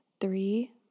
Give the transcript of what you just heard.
three